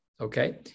okay